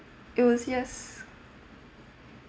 it was just